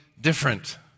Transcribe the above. different